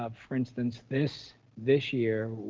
ah for instance, this this year,